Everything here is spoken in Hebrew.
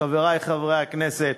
חברי חברי הכנסת,